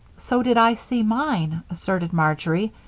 so did i see mine, asserted marjory.